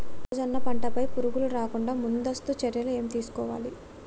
మొక్కజొన్న పంట పై పురుగు రాకుండా ముందస్తు చర్యలు ఏం తీసుకోవాలి?